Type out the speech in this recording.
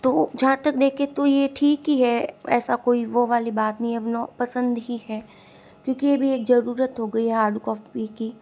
तो जहाँ तक देखें तो यह ठीक ही है ऐसा कोई वो वाली बात नहीं है अपनी पसंद ही है क्योंकि ये भी एक ज़रूरत हो गई है हार्ड कॉपी की